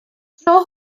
tro